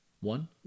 One